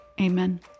Amen